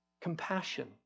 Compassion